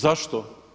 Zašto?